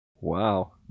Wow